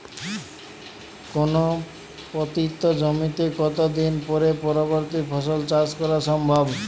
কোনো পতিত জমিতে কত দিন পরে পরবর্তী ফসল চাষ করা সম্ভব?